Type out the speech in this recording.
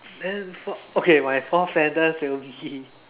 then fourth okay my fourth sentence will be